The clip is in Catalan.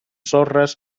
sorres